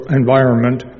environment